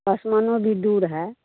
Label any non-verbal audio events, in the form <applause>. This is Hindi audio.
<unintelligible> भी दूर है